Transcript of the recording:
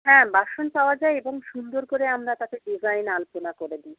হ্যাঁ বাসন পাওয়া যায় এবং সুন্দর করে আমরা তাতে ডিজাইন আলপনা করে দিই